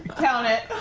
count it.